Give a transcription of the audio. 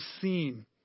seen